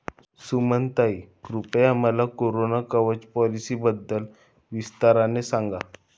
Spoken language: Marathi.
सुमनताई, कृपया मला कोरोना कवच पॉलिसीबद्दल विस्ताराने सांगा